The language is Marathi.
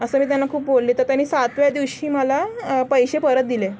असं मी त्यांना खूप बोलले तर त्यांनी सातव्या दिवशी मला पैसे परत दिले